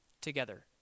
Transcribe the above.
together